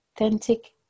authentic